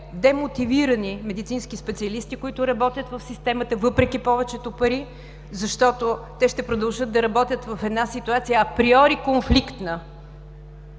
демотивира медицинските специалисти, които работят в системата, въпреки повечето пари, защото те ще продължат да работят в една ситуация априори конфликтна;